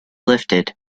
lifted